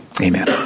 amen